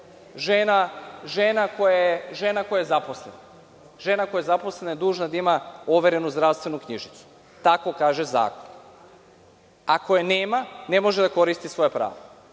žena koja je zaposlena. Žena koja je zaposlena je dužna da ima overenu zdravstvenu knjižicu. Tako kaže zakon. Ako je nema, ne može da koristi svoja prava.